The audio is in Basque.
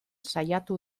saiatu